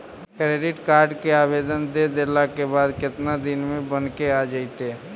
Credit card के आवेदन दे देला के बाद केतना दिन में बनके आ जइतै?